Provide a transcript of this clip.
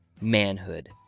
Manhood